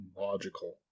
logical